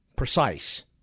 precise